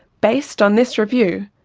based on this review,